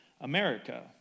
America